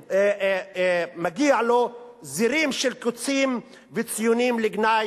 מגיע לו זרים של קוצים וציונים לגנאי,